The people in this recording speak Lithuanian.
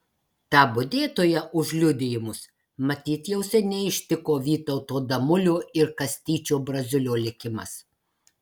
tą budėtoją už liudijimus matyt jau seniai ištiko vytauto damulio ir kastyčio braziulio likimas